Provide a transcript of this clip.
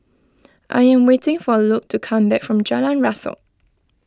I am waiting for Luc to come back from Jalan Rasok